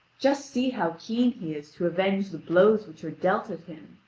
just see how keen he is to avenge the blows which are dealt at him.